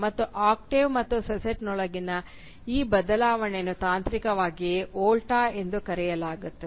ಮತ್ತು ಆಕ್ಟೇವ್ ಮತ್ತು ಸೆಸ್ಟೆಟ್ನೊಳಗಿನ ಈ ಬದಲಾವಣೆಯನ್ನು ತಾಂತ್ರಿಕವಾಗಿ ವೋಲ್ಟಾ ಎಂದು ಕರೆಯಲಾಗುತ್ತದೆ